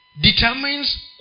determines